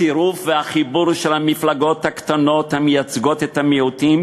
הצירוף והחיבור של המפלגות הקטנות המייצגות את המיעוטים